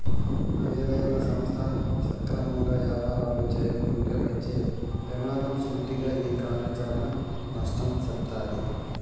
ఏదైనా సంస్థ సక్రమంగా యాపారాలు చేయకుంటే వచ్చే పెమాదం సూటిగా ఈ కార్యాచరణ నష్టం సెప్తాది